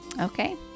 Okay